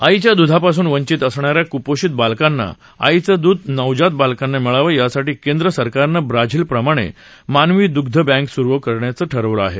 आईच्या द्धापासून वंचित असणाऱ्या क्पोषित बालकांना आईचं दूध नवजात बालकांना मिळावं यासाठी केन्द्र सरकारने ब्राझिल प्रमाणे मानवी दुग्ध बँक सूरू करण्याचं ठरवलं आहे